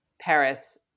Paris